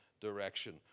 direction